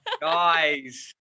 guys